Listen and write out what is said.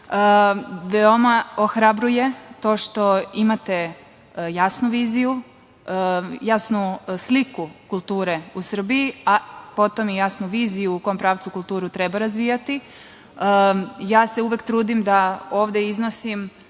ohrabruje to što imate jasnu viziju, jasnu sliku kulture u Srbiji, a potom i jasnu viziju u kom pravcu kulturu treba razvijati. Uvek se trudim da ovde iznosim